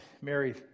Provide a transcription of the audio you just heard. Mary